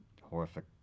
horrific